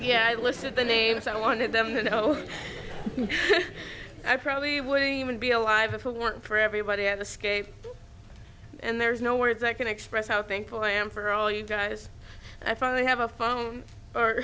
yeah i listed the names i wanted them to know i probably wouldn't even be alive if it weren't for everybody at the skate and there's no words that can express how thankful i am for all you guys i finally have a phone